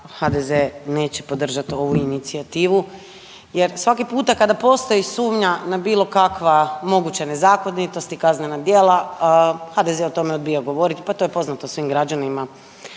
HDZ neće podržati ovu inicijativu jer svaki puta kada postoji sumnja na bilo kakve moguće nezakonitosti, kaznena djela HDZ o tome odbija govoriti pa to je poznato svim građanima